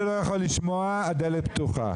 ושבכוחה לסלול את כברת הדרך הבאה לקידום החקיקה.